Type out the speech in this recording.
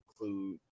include